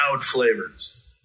flavors